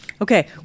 Okay